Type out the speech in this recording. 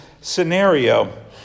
scenario